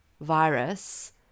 virus